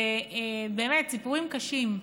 באמת סיפורים קשים,